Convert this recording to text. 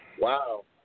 Wow